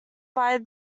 buy